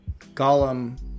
Gollum